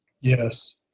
Yes